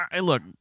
look